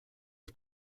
its